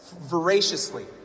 voraciously